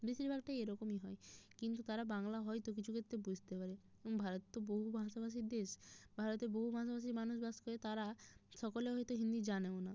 বেশিরভাগটা এরকমই হয় কিন্তু তারা বাংলা হয়তো যদি কিছু ক্ষেত্রে বুঝতে পারে ভারত তো বহু ভাষাভাষীর দেশ ভারতে বহু ভাষাভাষীর মানুষ বাস করে তারা সকলে হয়তো হিন্দি জানেও না